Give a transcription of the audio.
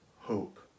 hope